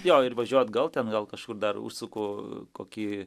jo ir važiuot gal ten gal kažkur dar užsuku kokį